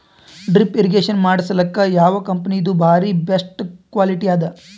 Drip irrigation ಮಾಡಸಲಕ್ಕ ಯಾವ ಕಂಪನಿದು ಬಾರಿ ಬೆಸ್ಟ್ ಕ್ವಾಲಿಟಿ ಅದ?